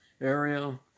area